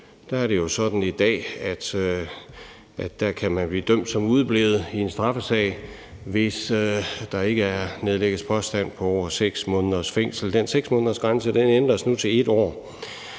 Der er det jo sådan i dag, at man kan blive dømt som udeblevet i en straffesag, hvis der ikke nedlægges påstand på over 6 måneders fængsel. Den 6-månedersgrænse ændres nu til 1 år.